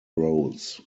roles